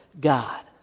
God